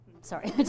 Sorry